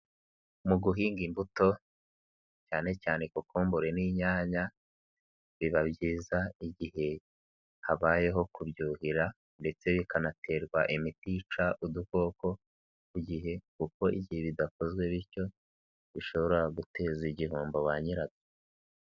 Mu guhinga imbuto cyane cyane kokombure n'inyanya biba byiza igihe habayeho kubyuhira ndetse bikanaterwa imiti yica udukoko ku gihehe kuko igihe bidakozwe bityo bishobora guteza igihombo ba nyirazo.